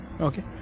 okay